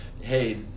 hey